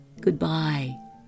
goodbye